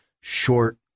short